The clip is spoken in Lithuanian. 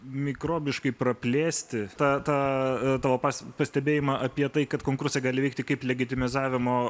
mikrobiškai praplėsti tą tą tavo pas pastebėjimą apie tai kad konkursai gali veikti kaip legetimizavimo